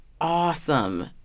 awesome